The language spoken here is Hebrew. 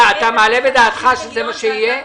אתה מעלה בדעתך שזה מה שיהיה?